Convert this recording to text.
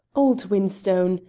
old whinstone!